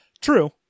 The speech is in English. True